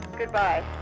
goodbye